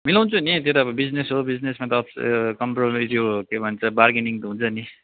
मिलाउँछु नि त्यो त अब बिजनेस हो बिजनेसमा त अप्स् कम्प्र त्यो के भन्छ बार्गेनिङ त हुन्छ नि